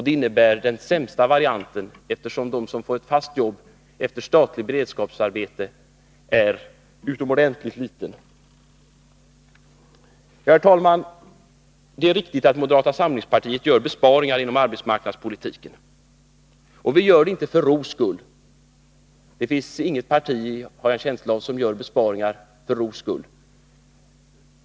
Det är den sämsta varianten, eftersom chansen att få ett jobb efter ett statligt beredskapsarbete är utomordentligt liten. Herr talman! Det är riktigt att moderata samlingspartiet gör besparingar inom arbetsmarknadspolitiken, men vi gör det inte för ro skull. Jag har en känsla av att det inte finns något parti som gör besparingar för ro skull.